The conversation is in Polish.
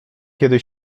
kiedy